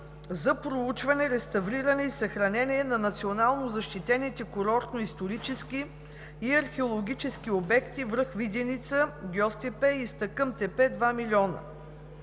за проучване, реставриране и съхранение на национално защитените културно-исторически и археологически обекти връх Виденица (Гьоз тепе) и Изтъкъм тепе – 2 млн.